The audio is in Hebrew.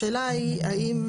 השאלה היא האם,